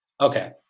okay